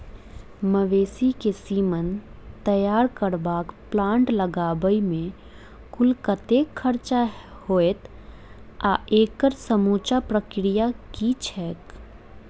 मवेसी केँ सीमन तैयार करबाक प्लांट लगाबै मे कुल कतेक खर्चा हएत आ एकड़ समूचा प्रक्रिया की छैक?